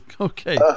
okay